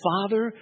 Father